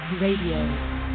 Radio